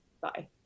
bye